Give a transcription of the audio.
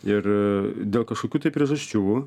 ir dėl kažkokių tai priežasčių